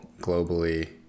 globally